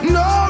no